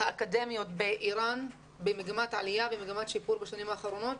האקדמיים באירן במגמת עלייה ובמגמת שיפור בשנים האחרונות